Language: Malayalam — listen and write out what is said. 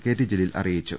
കെ ടി ജലീൽ അറിയിച്ചു